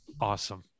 Awesome